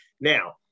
Now